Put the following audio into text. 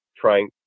trying